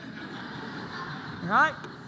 Right